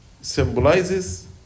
symbolizes